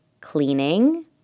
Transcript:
cleaning